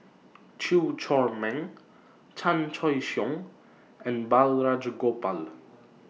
Chew Chor Meng Chan Choy Siong and Balraj Gopal